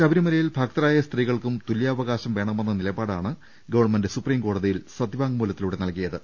ശബരിമലയിൽ ഭക്തരായ സ്ത്രീകൾക്കും തുല്യാവകാശം വേണ മെന്ന നിലപാടാണ് ഗവൺമെന്റ് സുപ്രീം കോടതിയിൽ സത്യവാ ങ്മൂലത്തിലൂടെ നൽകിയത്